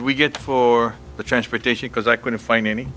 we get for the transportation because i couldn't find any